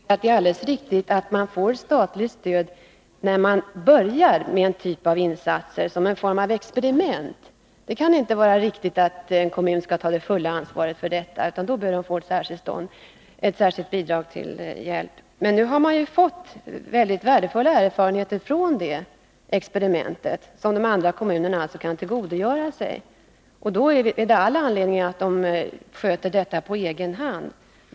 Herr talman! Som jag sade i mitt anförande tycker jag att det är alldeles riktigt att man får statligt stöd, när man börjar med en typ av insatser som en form av experiment. Det kan inte vara riktigt att en kommun skall ta fulla ansvaret för detta, utan då bör den få ett särskilt bidrag som hjälp. Men nu har man fått mycket värdefulla erfarenheter från det här experimentet i Malmö, erfarenheter som andra kommuner kan tillgodogöra sig. Då finns all anledning för kommunerna att sköta detta arbete på egen hand.